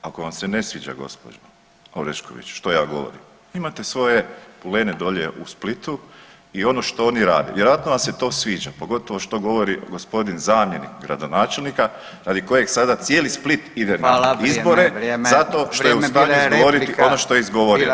Ako vam se ne sviđa gospođo Orešković što ja govorim imate svoje pulene dolje u Splitu i ono što oni rade vjerojatno vam se to sviđa, pogotovo što govori gospodin zamjenik gradonačelnika radi kojeg sada cijeli Split ide na izbora [[Upadica: Hvala, vrijeme, vrijeme.]] zato što je u stanju izgovoriti ono što je izgovorio.